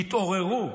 תתעוררו.